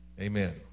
amen